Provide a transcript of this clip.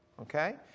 Okay